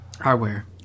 hardware